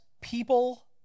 people